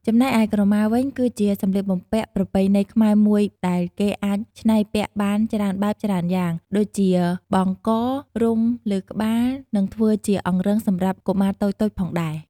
ចំណែកឯក្រម៉ាវិញគឺជាសម្លៀកបំពាក់ប្រពៃណីខ្មែរមួយដែលគេអាចឆ្នៃពាក់បានច្រើនបែបច្រើនយ៉ាងដូចជាបង់ក រុំលើក្បាលនិងធ្វើជាអង្រឹងសម្រាប់កុមារតូចៗផងដែរ។